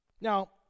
Now